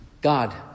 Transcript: God